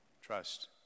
trust